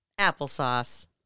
applesauce